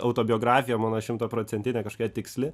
autobiografija mano šimtaprocentinė kažkokia tiksli